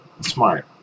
Smart